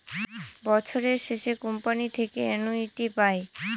বছরের শেষে কোম্পানি থেকে অ্যানুইটি পায়